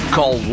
Call